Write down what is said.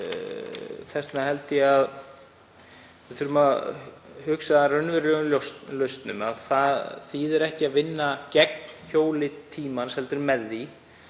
vegna held ég að við þurfum að hugsa í raunverulegum lausnum. Það þýðir ekki að vinna gegn hjóli tímans heldur með því.